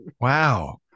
Wow